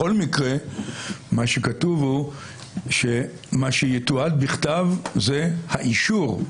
בכל מקרה כתוב שמה שיתועד בכתב זה האישור.